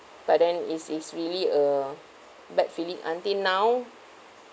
but then is is really a bad feeling until now